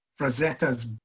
Frazetta's